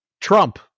Trump